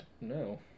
No